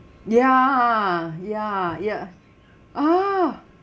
ya ya ya oh